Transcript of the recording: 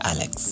Alex